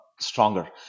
stronger